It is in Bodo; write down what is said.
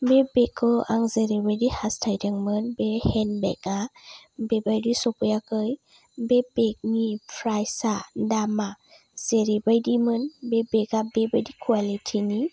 बे बेगखौ आं जेरैबायदि हास्थायदोंमोन बे हेन बेगा बेबायदि सफैयाखै बे बेगनि प्राइसा दामा जेरैबायदिमोन बे बेगा बेबायदि क्वालिटि नि